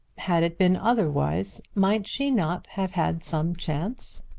had it been otherwise, might she not have had some chance?